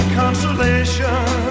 consolation